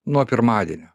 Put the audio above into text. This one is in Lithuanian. nuo pirmadienio